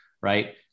right